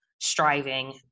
striving